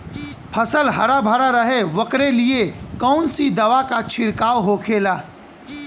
फसल हरा भरा रहे वोकरे लिए कौन सी दवा का छिड़काव होखेला?